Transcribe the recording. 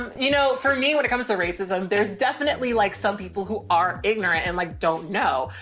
um you know, for me, when it comes to racism, there's definitely like some people who are ignorant and like don't know.